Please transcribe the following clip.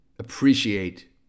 appreciate